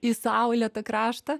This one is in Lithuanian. į saulėtą kraštą